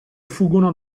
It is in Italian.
fuggono